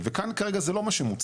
וכאן כרגע זה לא מה שמוצע,